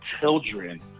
children